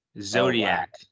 Zodiac